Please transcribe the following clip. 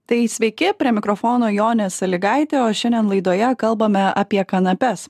tai sveiki prie mikrofono jonė salygaitė o šiandien laidoje kalbame apie kanapes